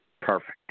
Perfect